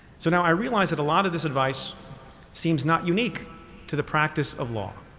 so now i realize that a lot of this advice seems not unique to the practice of law.